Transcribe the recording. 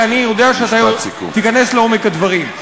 כי אני יודע שאתה תיכנס לעומק הדברים.